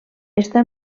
està